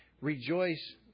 rejoice